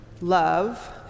Love